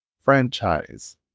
franchise